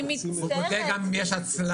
אני מצטערת, הוא בודק גם אם יש הצללה.